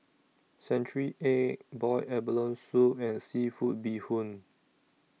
Century Egg boiled abalone Soup and Seafood Bee Hoon